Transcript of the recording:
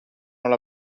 alla